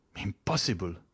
Impossible